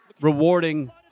rewarding